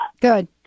Good